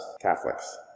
Catholics